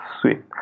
Sweet